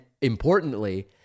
importantly